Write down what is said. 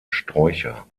sträucher